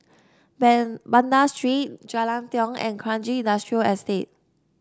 Ben Banda Street Jalan Tiong and Kranji Industrial Estate